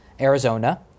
Arizona